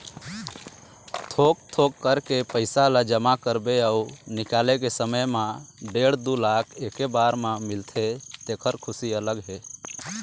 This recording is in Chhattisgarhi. थोक थोक करके पइसा ल जमा करबे अउ निकाले के समे म डेढ़ दू लाख एके बार म मिलथे तेखर खुसी अलगे हे